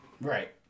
Right